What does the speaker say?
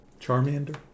Charmander